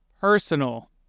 personal